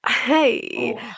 hey